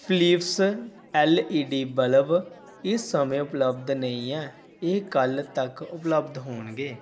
Philips L E D bulb ਇਸ ਸਮੇਂ ਉਪਲੱਬਧ ਨਹੀਂ ਹੈ ਇਹ ਕੱਲ੍ਹ ਤੱਕ ਉਪਲੱਬਧ ਹੋਣਗੇ